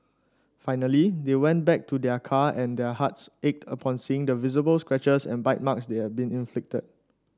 finally they went back to their car and their hearts ached upon seeing the visible scratches and bite marks they had been inflicted